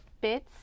bits